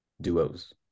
duos